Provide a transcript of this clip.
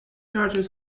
charter